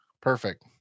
perfect